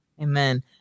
Amen